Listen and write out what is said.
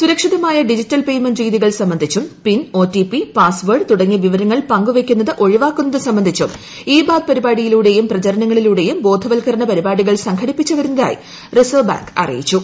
സുരക്ഷിതമായ digital payment രീതികൾ സംബന്ധിച്ചും PIN O T P password തുടങ്ങിയ വിവരങ്ങൾ പങ്കുവയ്ക്കുന്നത് ഒഴിവാക്കുന്നത് സംബന്ധിച്ചും പരിപാടിയലൂടെയും പ്രചാരണങ്ങളിലൂടെയും ഇ ബാത് ബോധവത്കരണ പരിപാടികൾ സംഘടിപ്പിച്ച വരുന്നതായി റിസേർവ് ബാങ്ക് അറിയിച്ചു